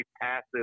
passive